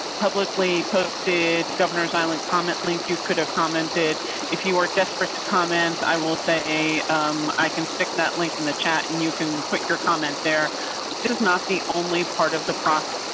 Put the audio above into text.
publicly posted governor's island comment link. you could've commented if you are desperate to comment i will say i can stick that link in the chat and you can put your comment there. this is not the only part of the profit.